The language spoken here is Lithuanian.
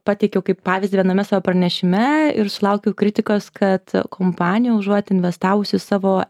pateikiau kaip pavyzdį viename savo pranešime ir sulaukiau kritikos kad kompanija užuot investavusi į savo